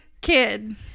kid